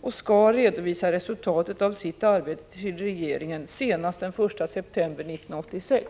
och skall redovisa resultatet av sitt arbete till regeringen senast den 1 september 1986.